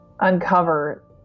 uncover